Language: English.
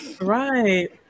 right